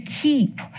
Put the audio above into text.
keep